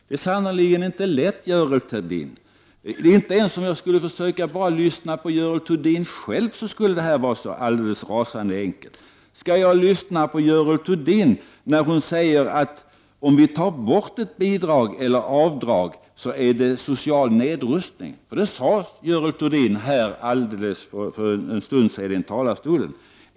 Det är sannerligen inte lätt, Görel Thurdin. Inte ens om jag skulle lyssna bara på Görel Thurdin, skulle detta vara så alldeles enkelt. Skall jag lyssna på Görel Thurdin när hon säger att det innebär social nedrustning att ta bort ett bidrag eller ett avdrag? Det var nämligen vad Görel Thurdin sade här i talarstolen för en liten stund sedan.